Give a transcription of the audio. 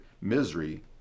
misery